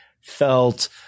felt